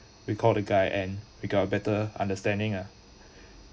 we call the guy and we got a better understanding ah